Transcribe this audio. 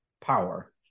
power